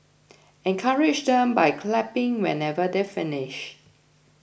encourage them by clapping whenever they finish